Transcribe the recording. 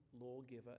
lawgiver